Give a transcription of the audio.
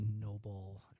Noble